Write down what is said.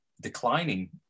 declining